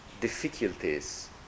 difficulties